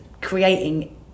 creating